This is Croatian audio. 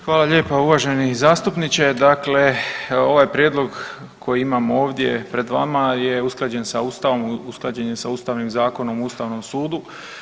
Hvala lijepo uvaženi zastupniče, dakle ovaj prijedlog koji imamo ovdje pred vama je usklađen sa ustavom, usklađen je sa Ustavnim zakonom o ustavnim sudom.